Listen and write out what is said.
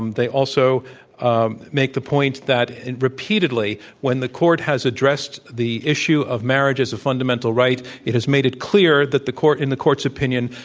um they also um make the point that, repeatedly, when the court has addressed the issue of marriages of fundamental right, it has made it clear that the court, in the court's opinion,